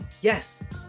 Yes